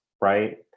right